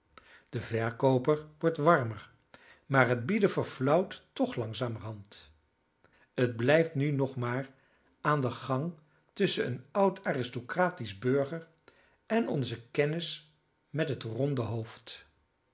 de verkooper wordt warmer maar het bieden verflauwt toch langzamerhand het blijft nu nog maar aan den gang tusschen een oud aristocratisch burger en onzen kennis met het ronde hoofd